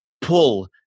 pull